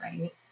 Right